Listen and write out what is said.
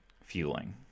fueling